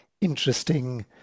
interesting